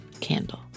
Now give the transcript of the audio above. Candle